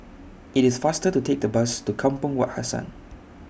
IT IS faster to Take The Bus to Kampong Wak Hassan